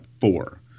four